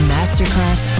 Masterclass